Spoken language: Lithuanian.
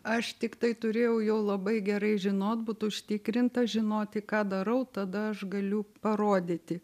aš tiktai turėjau jau labai gerai žinot būt užtikrinta žinoti ką darau tada aš galiu parodyti